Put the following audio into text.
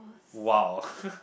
!wow!